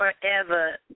forever